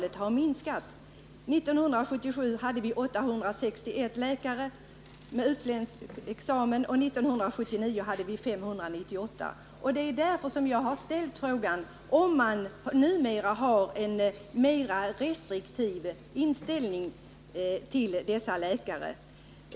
1977 hade vi 861 sådana läkare, och 1979 hade vi 598. Det är anledningen till att jag har ställt frågan om man numera har en mera restriktiv inställning till dessa läkare.